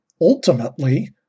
Ultimately